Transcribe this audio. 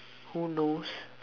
who knows